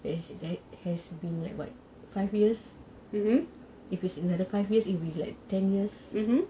mm